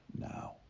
now